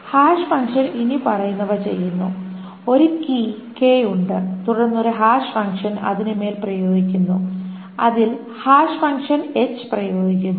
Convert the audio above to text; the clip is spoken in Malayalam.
ഹാഷ് ഫംഗ്ഷൻ ഇനിപ്പറയുന്നവ ചെയ്യുന്നു ഒരു കീ k Key 'k' ഉണ്ട് തുടർന്ന് ഒരു ഹാഷ് ഫംഗ്ഷൻ അതിനുമേൽ പ്രയോഗിക്കുന്നു അതിൽ hash function 'h' Hash Function 'h' പ്രയോഗിക്കുന്നു